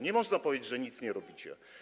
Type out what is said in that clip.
Nie można powiedzieć, że nic nie robicie.